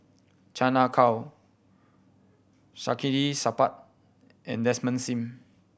Chan Ah Kow Saktiandi Supaat and Desmond Sim